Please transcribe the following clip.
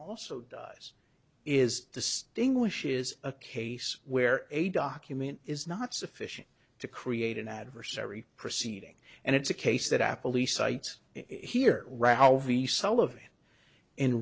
also does is distinguish is a case where a document is not sufficient to create an adversary proceeding and it's a case that apple e sites here